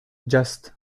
just